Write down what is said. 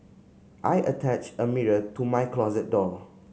I attached a mirror to my closet door